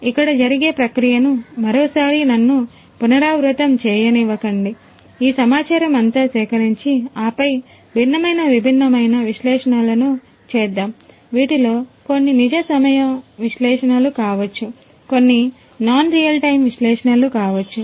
ఇక్కడ జరిగే ప్రక్రియను మరోసారి నన్ను పునరావృతం చెయ్యనివ్వండి ఈ సమాచారం అంతా సేకరించి ఆపై భిన్నమైన విభిన్నమైన విశ్లేషణలను చేద్దాం వీటిలో కొన్ని నిజ సమయ విశ్లేషణలు కావచ్చు